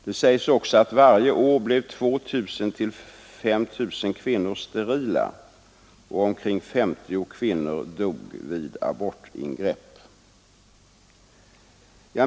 Det framhålls också att 2 000 till 5 000 kvinnor blev sterila varje år och att omkring 50 kvinnor dog vid abortingrepp.